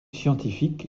scientifique